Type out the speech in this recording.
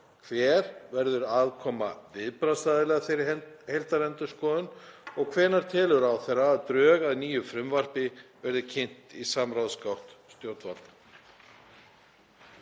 Hver verður aðkoma viðbragðsaðila að þeirri heildarendurskoðun og hvenær telur ráðherra að drög að nýju frumvarpi verði kynnt í samráðsgátt stjórnvalda?